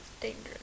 dangerous